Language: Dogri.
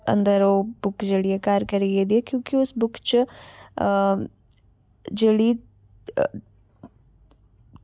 अंदर ओह् बुक जेह्ड़ी ऐ घर करी गेदी ऐ क्योंकि उस बुक च जेह्ड़ी